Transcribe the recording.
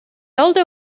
older